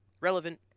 relevant